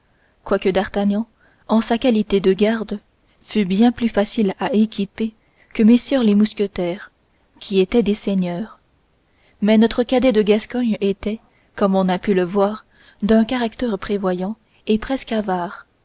quoique d'artagnan en sa qualité de garde fût bien plus facile à équiper que messieurs les mousquetaires qui étaient des seigneurs mais notre cadet de gascogne était comme on a pu le voir d'un caractère prévoyant et presque avare